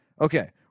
Okay